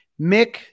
Mick